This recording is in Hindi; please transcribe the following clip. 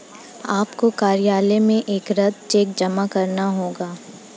आपको कार्यालय में एक रद्द चेक जमा करना होगा